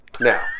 Now